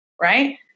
right